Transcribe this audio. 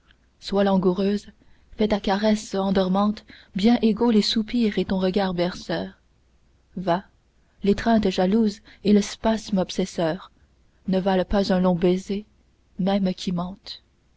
sois langoureuse fais ta caresse endormante bien égaux les soupirs et ton regard berceur va l'étreinte jalouse et le spasme obsesseur ne valent pas un long baiser même qui mente